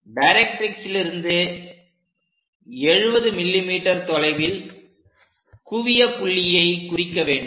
டைரக்ட்ரிக்ஸிலிருந்து 70 mm தொலைவில் குவிய புள்ளியை குறிக்க வேண்டும்